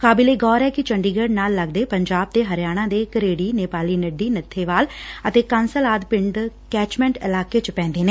ਕਾਬਲੇ ਗੌਰ ਐ ਕਿ ਚੰਡੀਗੜ ਨਾਲ ਲਗਦੇ ਪੰਜਾਬ ਤੇ ਹਰਿਆਣਾ ਦੇ ਘਰੇੜੀ ਨੇਪਾਲੀ ਨੱਡੀ ਨੱਬੇਵਾਲ ਕਾਂਸਲ ਆਦਿ ਪਿੰਡ ਕੈਚਮੈਂਟ ਇਲਾਕੇ ਚ ਪੈਂਦੇ ਨੇ